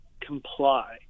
comply